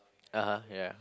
(uh huh) ya